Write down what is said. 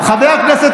חבר הכנסת